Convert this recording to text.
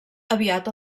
aviat